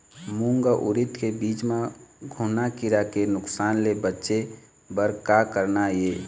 मूंग अउ उरीद के बीज म घुना किरा के नुकसान ले बचे बर का करना ये?